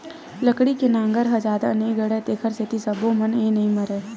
लकड़ी के नांगर ह जादा नइ गड़य तेखर सेती सब्बो बन ह नइ मरय